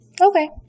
Okay